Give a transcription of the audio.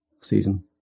season